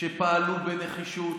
פעלו בנחישות,